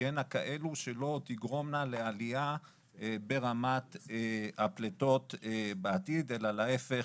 תהיינה כאלה שלא תגרומנה לעלייה ברמת הפליטות בעתיד אלא להיפך,